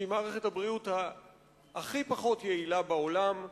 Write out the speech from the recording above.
שהיא מערכת הבריאות הכי פחות יעילה בעולם,